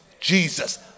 Jesus